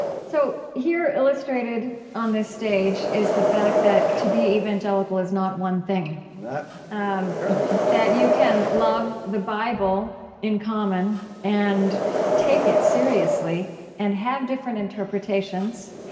so here, illustrated on this stage is the fact that to be evangelical is not one thing no, apparently not that you can love the bible in common and take it seriously and have different interpretations.